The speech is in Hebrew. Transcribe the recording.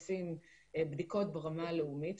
10,000 בדיקות ברמה הלאומית,